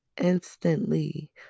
instantly